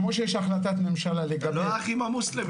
כמו שיש החלטת ממשלה לגבי --- אז הלך עם המוסלמים.